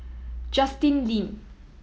Justin Lean